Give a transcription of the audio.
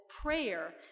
prayer